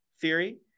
theory